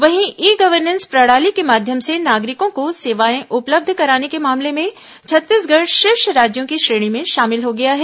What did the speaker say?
वहीं e governance प्रणाली के माध्यम से नागरिकों को सेवाएं उपलब्ध कराने के मामले में छत्तीसगढ़ शीर्ष राज्यों की श्रेणी में शामिल हो गया है